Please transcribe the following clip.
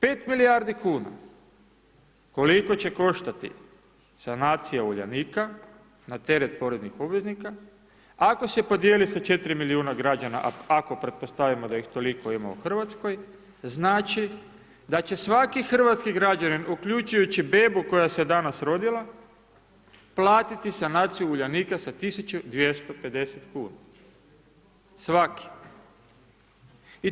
5 milijardi kuna koliko će koštati sanacija Uljanika na teret poreznih obveznika, ako se podijeli sa 4 milijuna građana, ako pretpostavimo da ih toliko ima u Hrvatskoj, znači da će svaki hrvatski građanin uključujući bebu koja se danas rodila platiti sanaciju Uljanika sa 1.250 kuna, svaki.